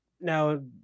now